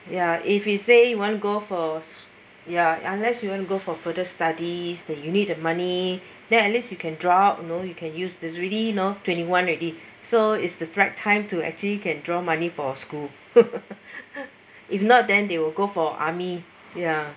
ya if he say want to go for ya unless you want to go for further studies that you need the money then at least you can draw out you know you can use this already you know twenty one already so is the right time to actually you can draw money for your school if not then they will go for army ya